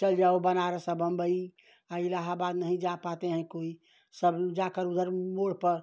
चले जाओ बनारस और बम्बई इलाहाबाद नहीं जा पाते हैं कोई सबलोग जाकर उधर मोड़ पर